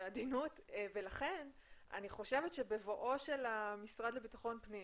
לכן אני חושבת בבואו של המשרד לביטחון פנים